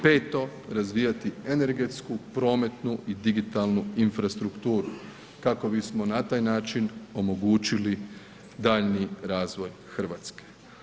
Peto, razvijati energetsku, prometnu i digitalnu infrastrukturu kako bismo na taj način omogućili daljnji razvoj Hrvatske.